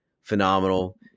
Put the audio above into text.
phenomenal